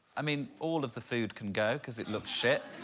i mean all of the food can go because it looks shit